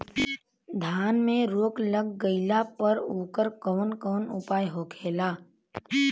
धान में रोग लग गईला पर उकर कवन कवन उपाय होखेला?